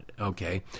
okay